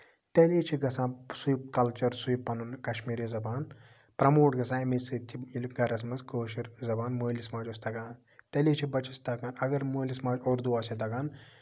تیٚلے چھُ گژھان سُے کَلچر سُے پَنُن کَشمیٖری زَبان پرموٹ گژھان اَمے سۭتۍ ییٚلہِ گرَس منٛز کٲشُر زَبان مٲلِس ماجہِ اوس تَگان تیٚلہِ چھُ بَچَس تَگان اَگر مٲلِس ماجہِ اُردوٗ آسہِ ہا تَگان